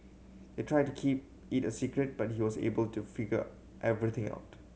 they tried to keep it a secret but he was able to figure everything out